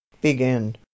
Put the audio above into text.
begin